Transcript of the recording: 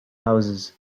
houses